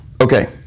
Okay